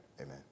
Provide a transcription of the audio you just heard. amen